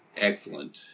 Excellent